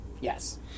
Yes